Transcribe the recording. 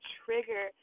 trigger